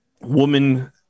woman